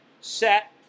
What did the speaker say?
set